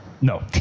No